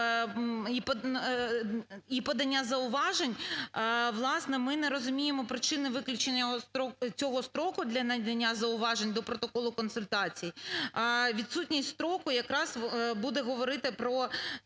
і подання зауважень, власне, ми не розуміємо причини виключення цього строку для надання зауважень до протоколу консультацій. Відсутність строку якраз буде говорити про